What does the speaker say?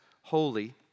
holy